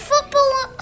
Football